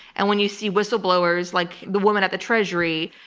and when you see whistleblowers like the woman at the treasury,